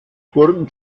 burgen